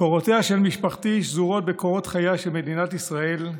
קורותיה של משפחתי שזורים בקורות חייה של מדינת ישראל.